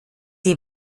die